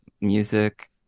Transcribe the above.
music